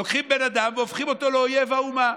לוקחים בן אדם והופכים אותו לאויב האומה.